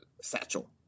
satchel